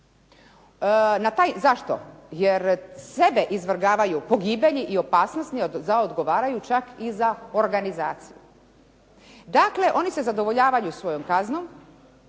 dao. Zašto? Jer sebe izvrgavaju pogibelji i opasnosti, odgovaraju čak i za organizaciju. Dakle, oni se zadovoljavaju svojom kaznom,